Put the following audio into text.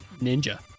Ninja